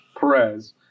Perez